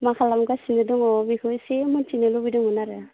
मा खालामगासिनो दङ बेखौनो एसे मिथिनो लुबैदोंमोन आरो